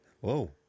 Whoa